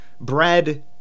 Bread